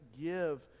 give